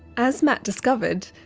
as matt discovered,